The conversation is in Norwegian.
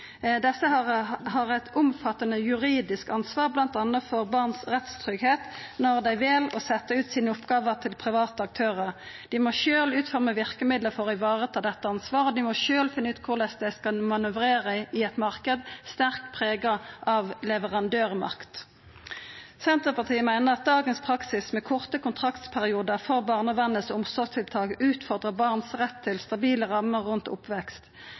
Desse har eit omfattande juridisk ansvar, bl.a. for barns rettstryggheit, når dei vel å setja ut sine oppgåver til private aktørar. Dei må sjølve utforma verkemiddel for å vareta dette ansvaret, og dei må sjølve finna ut korleis dei skal manøvrera i ein marknad sterkt prega av leverandørmakt. Senterpartiet meiner at dagens praksis med korte kontraktsperiodar for barnevernet sine omsorgstiltak utfordrar barns rett til stabile rammar rundt oppvekst.